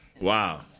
wow